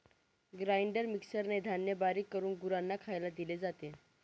grinder मिक्सरने धान्य बारीक करून गुरांना खायला दिले जाते